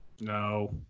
No